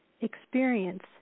experience